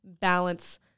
balance